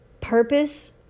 purpose